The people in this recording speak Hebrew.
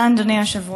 תודה, אדוני היושב-ראש.